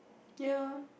ya